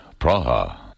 Praha